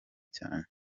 cyane